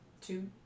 Two